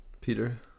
Peter